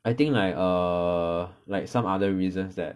I think like err like some other reasons that